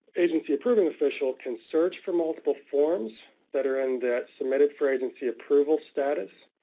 agency approving official can search for multiple forms that are in that submitted for agency approval status,